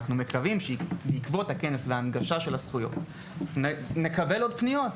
אנחנו מקווים שבעקבות הכנס וההנגשה של הזכויות נקבל עוד פניות.